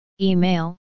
email